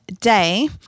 day